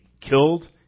killed